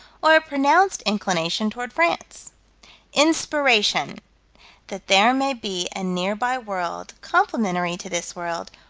or a pronounced inclination toward france inspiration that there may be a nearby world complementary to this world,